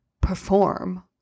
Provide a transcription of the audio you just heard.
perform